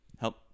Help